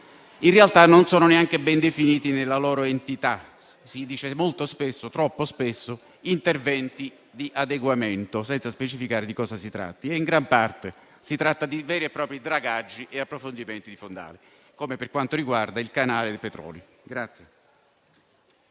in realtà non sono neanche ben definiti nella loro entità. Si parla molto spesso (troppo spesso) di interventi di adeguamento, senza specificare di cosa si tratti; in gran parte si tratta di veri e propri dragaggi e approfondimenti di fondale, come per quanto riguarda il canale dei Petroli.